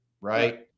Right